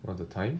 what that time